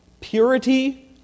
purity